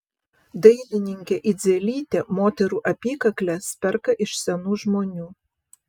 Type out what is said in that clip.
dailininkė idzelytė moterų apykakles perka iš senų žmonių